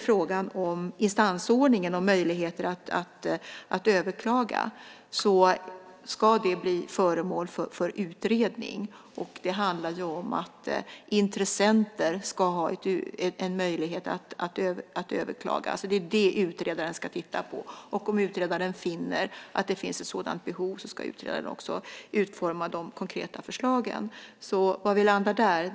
Frågan om instansordningen och möjligheter att överklaga ska bli föremål för utredning. Det handlar om att intressenter ska ha en möjlighet att överklaga. Det är det som utredaren ska titta på. Om utredaren finner att det finns ett sådant behov ska utredaren också utforma de konkreta förslagen.